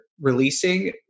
releasing